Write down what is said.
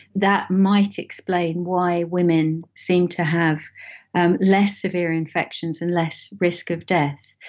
that might explain why women seem to have and less severe infections and less risk of death.